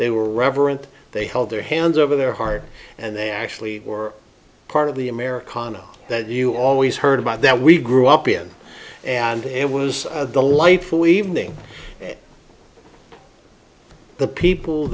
they were reverent they held their hands over their heart and they actually were part of the americana that you always heard about that we grew up in and it was a delightful evening for the people